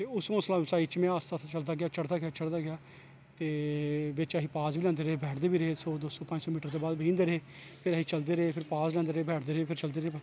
ते उस हौंसला अफज़ाई च में आस्ता आस्ता चलदा गेआ चढ़दा गेआ चढ़दा गेआ ते बिच्च अस पांज़ बी लैंदे रेह् बैठदे बी रेह् सौ दो सौ पंज सौ मीटर दे बाद बेही जंदे रेह् फिर असीं चलदे रेह् पाज़ लैंदे रेह् बैठदे रेह् फिर चलदे रेह्